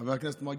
חבר הכנסת מרגי,